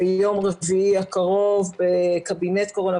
ביום הרביעי הקרוב בקבינט קורונה,